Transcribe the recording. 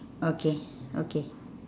okay okay